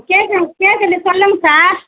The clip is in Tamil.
கேட்குது கேட்குது சொல்லுங்கள் சார்